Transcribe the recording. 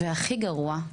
והכי גרוע,